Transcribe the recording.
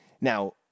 Now